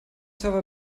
server